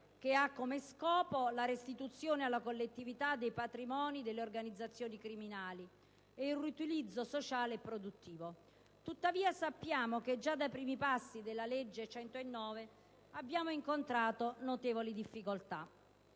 che ha come scopo la restituzione alla collettività dei patrimoni delle organizzazioni criminali e il riutilizzo sociale pubblico e produttivo. Tuttavia già sappiamo che, dai suoi primi passi, la legge n. 109 del 1996 ha incontrato notevoli difficoltà: